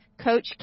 coach